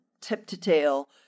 tip-to-tail